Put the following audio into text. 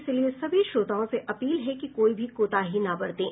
इसलिए सभी श्रोताओं से अपील है कि कोई भी कोताही न बरतें